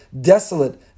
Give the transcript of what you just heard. desolate